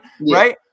right